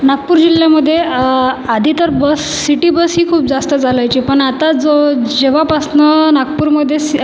नागपूर जिल्ह्यामधे आधी तर बस सिटी बस ही खूप जास्त चालायची पण आता जो जेव्हापासनं नागपूरमध्ये